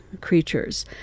creatures